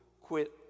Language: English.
quit